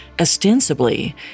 Ostensibly